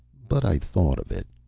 but i thought of it.